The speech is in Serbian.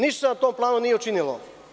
Ništa se na tom planu nije učinilo.